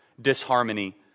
disharmony